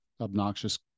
obnoxious